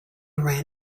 ran